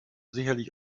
sicherlich